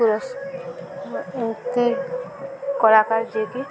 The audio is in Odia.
ପୁରସ୍ ଏମିତି କଳାକାର ଯିଏକି